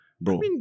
bro